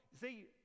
see